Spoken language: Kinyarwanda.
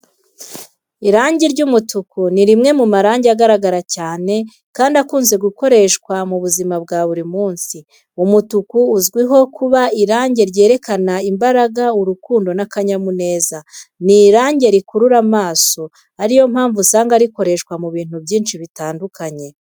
Irangi ry’umutuku ni rimwe mu marangi agaragara cyane kandi akunze gukoreshwa mu buzima bwa buri munsi. Umutuku uzwiho kuba irangi ryerekana imbaraga, urukundo, n’akanyamuneza. Ni irangi rikurura amaso, ari yo mpamvu usanga rikoreshwa mu bintu byinshi bitandukanye.